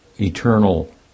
eternal